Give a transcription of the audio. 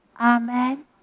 Amen